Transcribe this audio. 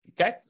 Okay